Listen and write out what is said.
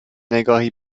نگاهی